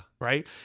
Right